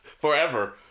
forever